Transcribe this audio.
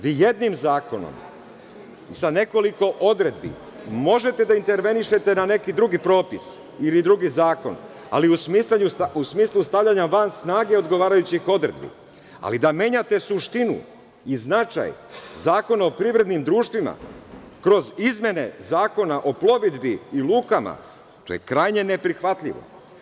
Vi jednim zakonom sa nekoliko odredbi možete da intervenišete na neki drugi propis ili drugi zakon, ali u smislu stavljanja van snage odgovarajuće odredbe, ali da menjate suštinu i značaj Zakona o privrednim društvima kroz izmene Zakona o plovidbi i lukama, to je krajnje neprihvatljivo.